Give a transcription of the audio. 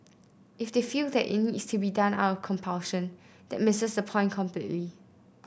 if they feel that it needs to be done out of compulsion this misses the point completely